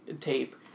tape